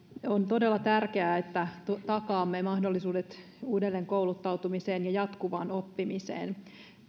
on todella tärkeää että takaamme mahdollisuudet uudelleenkouluttautumiseen ja jatkuvaan oppimiseen